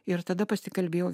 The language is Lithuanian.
ir tada pasikalbėjau